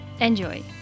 Enjoy